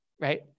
Right